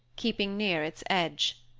keeping near its edge.